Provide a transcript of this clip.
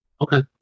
Okay